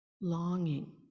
longing